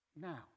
now